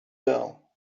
girl